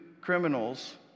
criminals